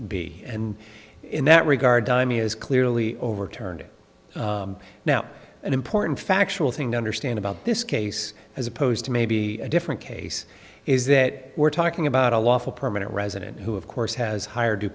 b and in that regard to me is clearly overturned now an important factual thing to understand about this case as opposed to maybe a different case is that we're talking about a lawful permanent resident who of course has higher due